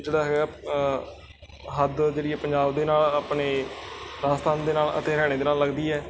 ਜਿਹੜਾ ਹੈਗਾ ਹੱਦ ਜਿਹੜੀ ਆ ਪੰਜਾਬ ਦੇ ਨਾਲ ਆਪਣੇ ਰਾਜਸਥਾਨ ਦੇ ਨਾਲ ਅਤੇ ਹਰਿਆਣੇ ਦੇ ਨਾਲ ਲੱਗਦੀ ਹੈ